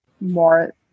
more